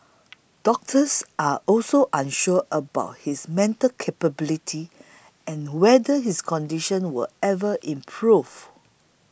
doctors are also unsure about his mental capability and whether his condition will ever improve